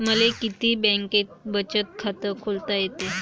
मले किती बँकेत बचत खात खोलता येते?